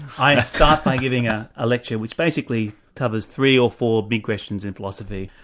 i start by giving a ah lecture which basically covers three or four big questions in philosophy,